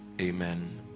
Amen